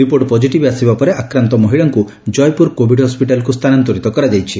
report positive ଆସିବା ପରେ ଆକ୍ରାନ୍ତ ମହିଳାଙ୍କୁ ଜୟପୁର କୋଭିଡ୍ ହସ୍କିଟାଲ୍କୁ ସ୍ଥାନାନ୍ତରିତ କରାଯାଇଛି